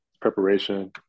preparation